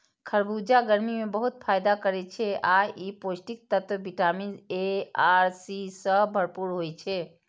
खरबूजा गर्मी मे बहुत फायदा करै छै आ ई पौष्टिक तत्व विटामिन ए आ सी सं भरपूर होइ छै